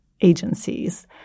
agencies